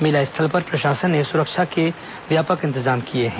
मेला स्थल पर प्रशासन ने सुरक्षा के व्यापक इंतजाम किए हैं